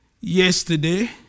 yesterday